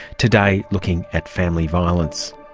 today looking at family violence.